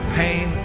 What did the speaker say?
pain